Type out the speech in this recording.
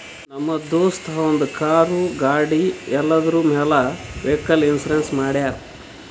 ನಮ್ ದೋಸ್ತ ಅವಂದ್ ಕಾರ್, ಗಾಡಿ ಎಲ್ಲದುರ್ ಮ್ಯಾಲ್ ವೈಕಲ್ ಇನ್ಸೂರೆನ್ಸ್ ಮಾಡ್ಯಾರ್